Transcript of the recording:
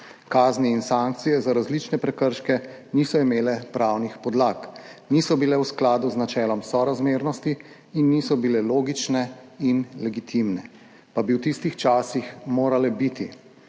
Kazni in sankcije za različne prekrške niso imele pravnih podlag, niso bile v skladu z načelom sorazmernosti in niso bile logične in legitimne, pa bi v tistih časih morale biti,